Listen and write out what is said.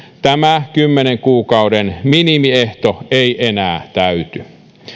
tämä kymmenen kuukauden minimiehto ei enää täyty